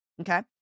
okay